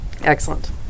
Excellent